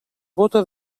bóta